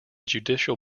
judicial